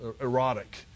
erotic